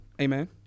Amen